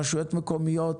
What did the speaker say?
רשויות מקומיות,